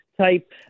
type